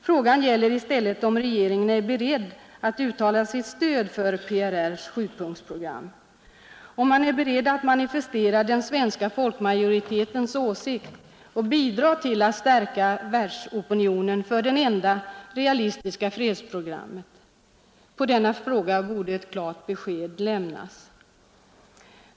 Frågan gäller i stället om regeringen är beredd att uttala sitt stöd för PRR:s sjupunktsprogram, samt om man är beredd att manifestera den svenska folkmajoritetens åsikt och bidra till att stärka världsopinionen för det enda realistiska fredsprogrammet. På denna fråga borde ett klart besked lämnas.